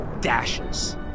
dashes